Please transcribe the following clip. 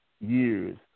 years